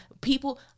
people